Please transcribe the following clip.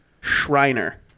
Schreiner